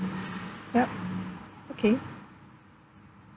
yup okay